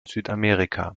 südamerika